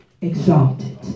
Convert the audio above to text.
exalted